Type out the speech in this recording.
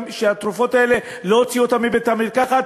שהתרופות האלה לא הוציאו אותן מבית-המרקחת,